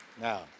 Now